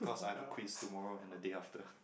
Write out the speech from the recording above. cause I have a quiz tomorrow and the day after